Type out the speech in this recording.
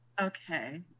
Okay